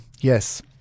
Yes